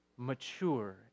mature